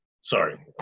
Sorry